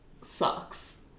sucks